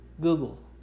Google